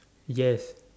yes